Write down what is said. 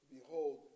Behold